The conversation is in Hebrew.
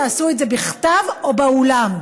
תעשו את זה בכתב או באולם.